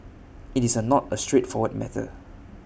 IT is are not A straightforward matter